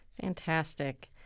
Fantastic